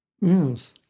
yes